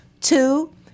Two